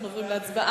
אנחנו עוברים להצבעה.